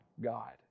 God